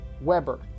weber